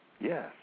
Yes